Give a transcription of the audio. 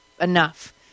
enough